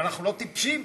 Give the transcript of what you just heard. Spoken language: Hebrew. אבל אנחנו לא טיפשים.